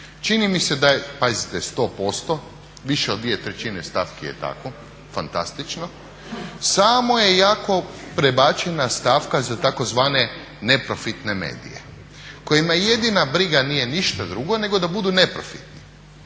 realizirane 100%, pazite 100% više od 2/3 stavki je tako fantastično, samo je jako prebačena stavka za tzv. neprofitne medije kojima jedina briga nije ništa drugo nego da budu neprofitne